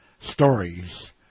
stories